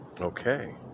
okay